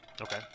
Okay